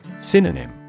Synonym